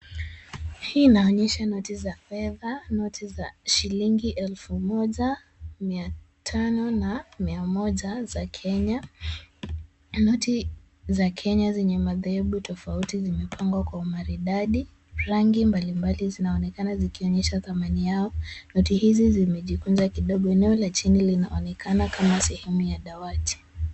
Hii inaonyesha noti za fedha. Noti za shilingi elfu moja, mia tano na mia moja za Kenya. Noti za Kenya zenye madhehebu tofauti zimepangwa kwa umaridadi. Rangi mbalimbali zinaonekana zikionyesha thamani yao. Noti hizi zimejikunja kidogo. Eneo la chini linaonekana kama sehemu ya dawati.